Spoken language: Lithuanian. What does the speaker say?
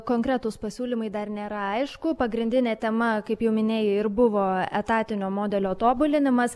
konkretūs pasiūlymai dar nėra aišku pagrindinė tema kaip jau minėjai ir buvo etatinio modelio tobulinimas